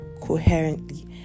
coherently